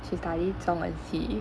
she study 中文系